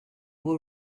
were